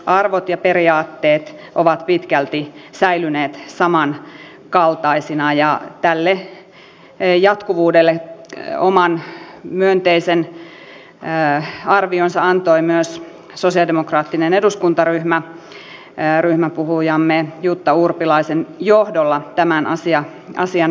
perusarvot ja periaatteet ovat pitkälti säilyneet samankaltaisina ja tälle jatkuvuudelle oman myönteisen arvionsa antoi myös sosialidemokraattinen eduskuntaryhmä ryhmäpuhujamme jutta urpilaisen johdolla tämän asian lähetekeskustelussa